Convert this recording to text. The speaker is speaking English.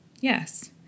Yes